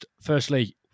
firstly